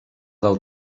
del